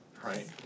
right